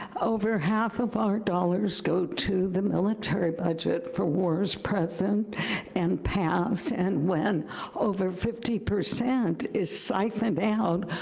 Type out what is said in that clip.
over half of our dollars go to the military budget for wars present and past, and when over fifty percent is siphoned out,